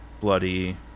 bloody